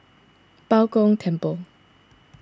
Bao Gong Temple